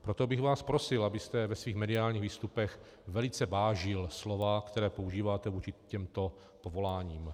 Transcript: Proto bych vás prosil, abyste ve svých mediálních výstupech velice vážil slova, která používáte vůči těmto povoláním.